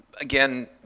again